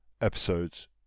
episodes